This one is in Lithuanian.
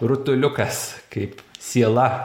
rutuliukas kaip siela